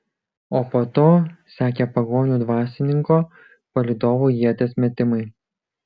o po to sekė pagonių dvasininko palydovų ieties metimai